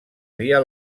via